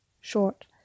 short